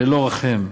ללא רחם.